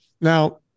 Now